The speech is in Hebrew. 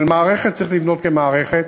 אבל מערכת צריך לבנות כמערכת,